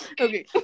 Okay